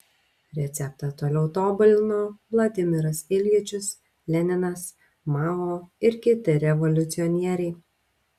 receptą toliau tobulino vladimiras iljičius leninas mao ir kiti revoliucionieriai